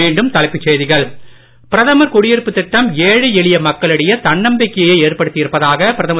மீண்டும் தலைப்புச் செய்திகள் பிரதமர் குடியிருப்பு திட்டம் ஏழை எளிய மக்களிடையே தன்னம்பிக்கையை ஏற்படுத்தியிருப்பதாக பிரதமர்